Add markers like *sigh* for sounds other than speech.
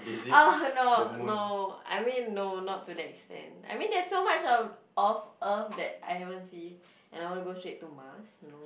*noise* oh no no I mean no not to that extent I mean there's so much of of Earth I haven't see and I wanna go straight to Mars no